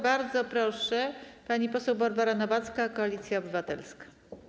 Bardzo proszę, pani poseł Barbara Nowacka, Koalicja Obywatelska.